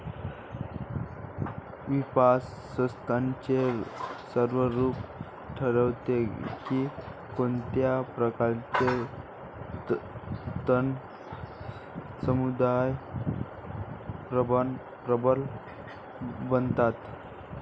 निवास स्थानाचे स्वरूप ठरवते की कोणत्या प्रकारचे तण समुदाय प्रबळ बनतात